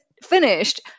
Finished